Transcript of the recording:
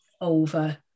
over